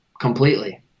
completely